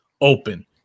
open